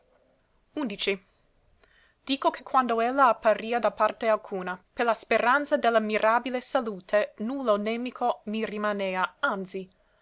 dici ico che quando ella apparia da parte alcuna per la speranza de la mirabile salute nullo nemico mi rimanea anzi